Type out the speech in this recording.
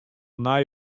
nij